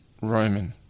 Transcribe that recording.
Roman